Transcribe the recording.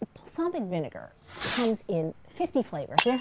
balsamic vinegar comes in fifty flavors. yeah